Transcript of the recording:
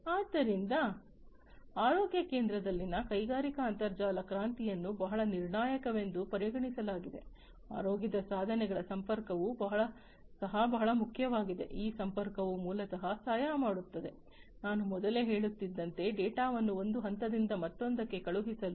ಆದ್ದರಿಂದ ಆರೋಗ್ಯ ಕೇಂದ್ರದಲ್ಲಿನ ಕೈಗಾರಿಕಾ ಅಂತರ್ಜಾಲ ಕ್ರಾಂತಿಯನ್ನು ಬಹಳ ನಿರ್ಣಾಯಕವೆಂದು ಪರಿಗಣಿಸಲಾಗಿದೆ ಆರೋಗ್ಯ ಸಾಧನಗಳ ಸಂಪರ್ಕವು ಸಹ ಬಹಳ ಮುಖ್ಯವಾಗಿದೆ ಈ ಸಂಪರ್ಕವು ಮೂಲತಃ ಸಹಾಯ ಮಾಡುತ್ತದೆ ನಾನು ಮೊದಲೇ ಹೇಳುತ್ತಿದ್ದಂತೆ ಡೇಟಾವನ್ನು ಒಂದು ಹಂತದಿಂದ ಇನ್ನೊಂದಕ್ಕೆ ಕಳುಹಿಸಲು